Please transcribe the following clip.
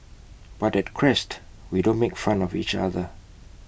but at Crest we don't make fun of each other